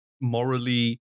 morally